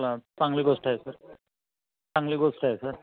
चांगली गोष्ट आहे सर चांगली गोष्ट आहे सर